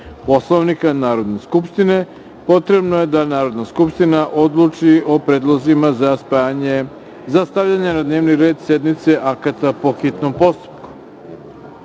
Poslovnika Narodne skupštine, potrebno je da Narodna skupština odluči o predlozima za stavljanje na dnevni red sednice akata po hitnom postupku. Vlada